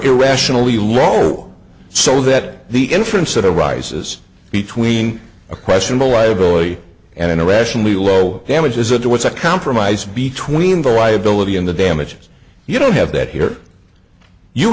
irrationally low so that the inference that arises between a questionable liability and irrationally low damages if there was a compromise between the liability and the damages you don't have that here you